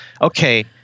okay